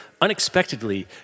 unexpectedly